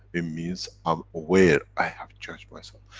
it means, i'm aware, i have judged myself.